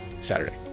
Saturday